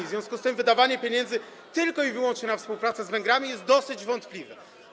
W związku z tym wydawanie pieniędzy tylko i wyłącznie na współpracę z Węgrami jest dosyć wątpliwe.